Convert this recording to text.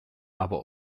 aber